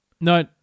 No